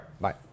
bye